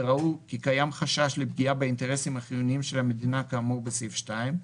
וראו כי קיים חשש לפגיעה באינטרסים החיוניים של המדינה כאמור בסעיף 2,